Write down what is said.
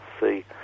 see